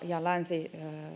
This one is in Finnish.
ja länsirajaa